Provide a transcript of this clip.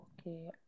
Okay